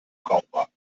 brauchbar